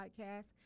podcast